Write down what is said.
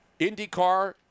IndyCar